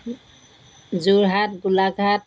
Jorhat Golaghat